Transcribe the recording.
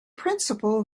principle